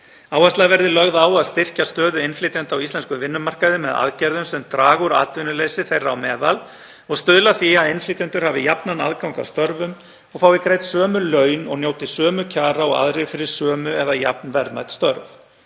Áhersla verði lögð á að styrkja stöðu innflytjenda á íslenskum vinnumarkaði með aðgerðum sem draga úr atvinnuleysi þeirra á meðal og stuðla að því að innflytjendur hafi jafnan aðgang að störfum og fái greidd sömu laun og njóti sömu kjara og aðrir fyrir sömu eða jafn verðmæt störf.